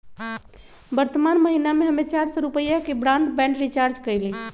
वर्तमान महीना में हम्मे चार सौ रुपया के ब्राडबैंड रीचार्ज कईली